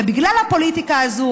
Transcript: ובגלל הפוליטיקה הזו,